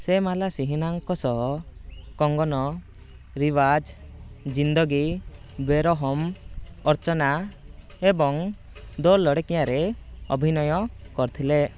ସେ ମାଲା ସିହ୍ନାଙ୍କ ସହ କଙ୍ଗନ ରିୱାଜ ଜିନ୍ଦଗୀ ବେରହମ୍ ଅର୍ଚ୍ଚନା ଏବଂ ଦୋ ଲଡ଼କିୟାଁରେ ଅଭିନୟ କରିଥିଲେ